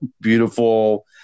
beautiful